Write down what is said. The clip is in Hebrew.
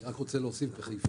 אני רק רוצה להוסיף שבחיפה